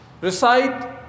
recite